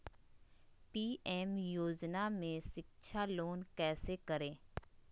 PM योजना में शिक्षा लोन कैसे करें?